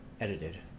Edited